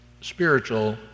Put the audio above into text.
spiritual